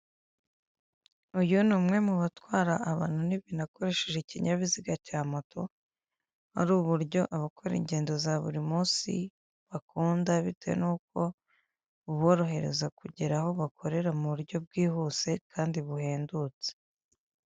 Uyu ni umwe mu batwara abantu n'ibintu akaresheje ikinyabiziga cya moto, ari uburyo abakora ingenda za buri munsi bakunda bitewe nuko buborohereza kugera aho bakorera mu buryo bwihuse kandi buhendutse.